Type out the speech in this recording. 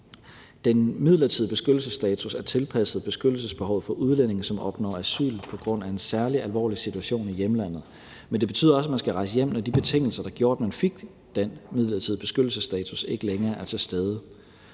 Den midlertidige beskyttelsesstatus er tilpasset beskyttelsesbehovet for udlændinge, som opnår asyl på grund af en særlig alvorlig situation i hjemlandet, men det betyder også, at man skal rejse hjem, når de betingelser, der gjorde, at man fik den midlertidige beskyttelsesstatus, ikke længere er til stede,